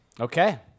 Okay